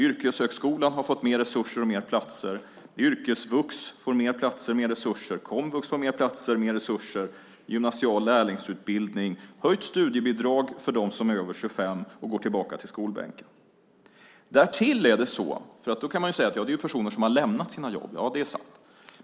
Yrkeshögskolan har fått mer resurser och fler platser. Yrkesvux får fler platser och mer resurser. Komvux får fler platser och mer resurser. Vi satsar på gymnasial lärlingsutbildning och höjt studiebidrag för dem som är över 25 år och går tillbaka till skolbänken. Man kan ju säga att det gäller personer som har lämnat sina jobb. Ja, det är sant.